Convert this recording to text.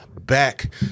back